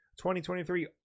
2023